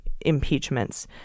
impeachments